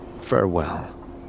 Farewell